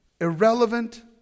irrelevant